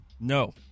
No